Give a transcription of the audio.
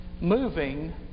Moving